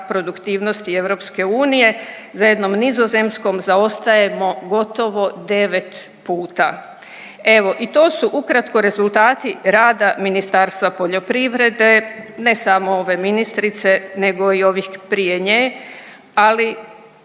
produktivnosti EU za jednom Nizozemskom zaostajemo gotovo 9 puta. Evo i to su ukratko rezultati rada Ministarstva poljoprivrede, ne samo ove ministrice nego i ovih prije nje, ali